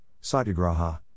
Satyagraha